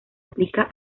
aplica